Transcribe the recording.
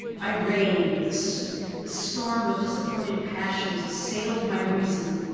i raved. this storm of disappointed passions assailed my reason,